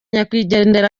nyakwigendera